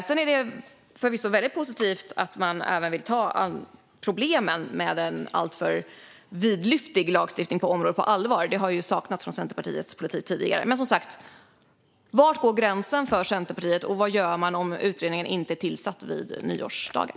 Det är förvisso väldigt positivt att man vill ta problemen med en alltför vidlyftig lagstiftning på området på allvar; det har ju saknats i Centerpartiets politik tidigare. Men var går gränsen för Centerpartiet, och vad gör man om utredningen inte är tillsatt vid nyårsdagen?